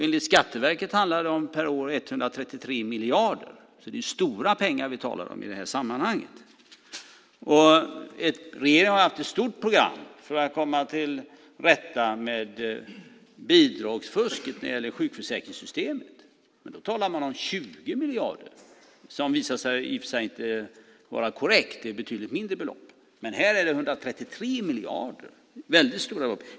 Enligt Skatteverket handlar det om 133 miljarder per år, så det är stora pengar vi talar om i det här sammanhanget. Regeringen har haft ett stort program för att komma till rätta med bidragsfusket när det gäller sjukförsäkringssystemet. Men då talar man om 20 miljarder, vilket i och för sig visade sig inte vara det korrekta beloppet, utan det var ett betydligt mindre belopp. Men här är det 133 miljarder. Det är ett väldigt stort belopp!